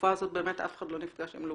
ובתקופה הזו באמת אף אחד לא נפגש עם לוביסטים.